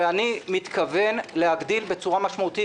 אני מתכוון להגדיל בצורה משמעותית,